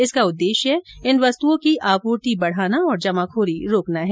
इसका उद्देश्य इन वस्तुओं की आपूर्ति बढ़ाना और जमाखोरी रोकना है